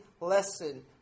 lesson